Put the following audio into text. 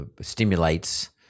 stimulates